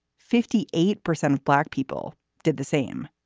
fifty eight percent of black people did the same.